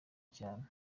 cyane